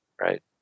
right